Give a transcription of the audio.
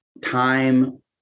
time